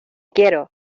quiero